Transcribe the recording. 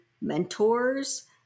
mentors